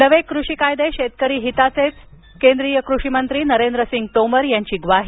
नवे कृषी कायदे शेतकरी हिताचेच केंद्रीय कृषिमंत्री नरेंद्रसिंग तोमर यांची ग्वाही